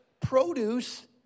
produce